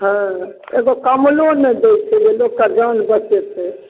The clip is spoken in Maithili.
हँ एगो कम्बलो नहि दै छै जे लोकके जान बचेतै